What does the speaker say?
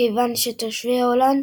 כיוון שתושבי הולנד